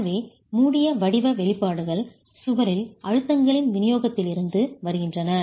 எனவே மூடிய வடிவ வெளிப்பாடுகள் சுவரில் அழுத்தங்களின் விநியோகத்திலிருந்து வருகின்றன